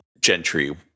Gentry